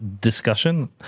discussion